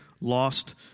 lost